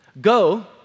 Go